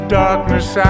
darkness